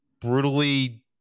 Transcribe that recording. brutally